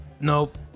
Nope